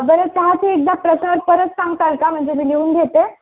बरं चहाचे एकदा प्रकार परत सांगताय का म्हणजे मी लिहून घेते